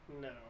No